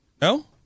No